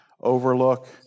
overlook